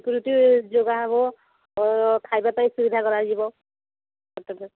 security ଯୋଗା ହବ ଖାଇବା ପାଇଁ ସୁବିଧା କରାଯିବ ହୋଟେଲ୍ରେ